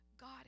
God